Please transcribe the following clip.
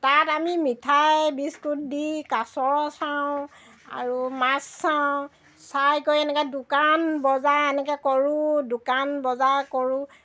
তাত আমি মিঠাই বিস্কুট দি কাছ চাওঁ আৰু মাছ চাওঁ চাই কৰি এনেকৈ দোকান বজাৰ এনেকৈ কৰোঁ দোকান বজাৰ কৰোঁ